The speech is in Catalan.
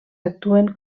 actuen